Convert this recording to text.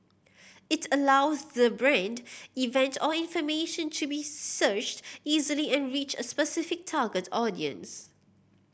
it allows the brand event or information to be searched easily and reach a specific target audience